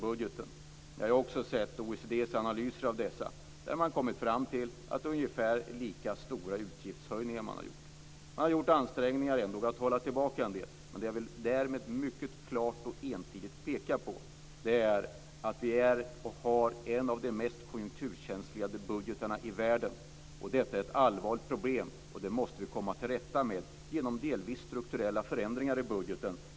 Jag har också sett OECD:s analyser där man har kommit fram till att utgiftshöjningarna har varit ungefär lika stora. Det har gjorts ansträngningar för att hålla tillbaka en del, men jag vill mycket klart och entydigt peka på att vi har en av de mest konjunkturkänsligaste budgetarna i världen. Detta är ett allvarligt problem som vi måste komma till rätta med genom delvis strukturella förändringar i budgeten.